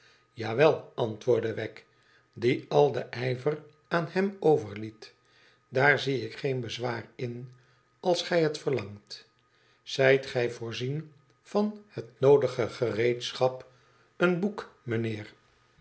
wel antwoordde wegg die al den ijver aan hem overliet idaar zie ik geen bezwaar in als gij het verlangt zijt gij voorzien van het noodige gereedschap een boek meneer